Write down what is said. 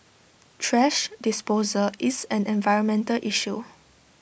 thrash disposal is an environmental issue